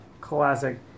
classic